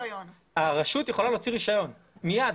הרשות יכולה להוציא רישיון מיד,